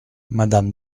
madame